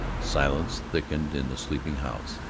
silence thickened in the sleeping house.